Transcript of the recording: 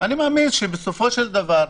אני מאמין שבסופו של דבר,